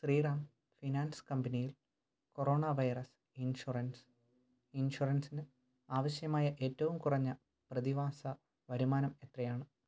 Sriram finance കമ്പനിയിൽ corona virus insurance ഇൻഷുറൻസിന് ആവശ്യമായ ഏറ്റവും കുറഞ്ഞ പ്രതിമാസ വരുമാനം എത്രയാണ്